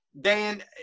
Dan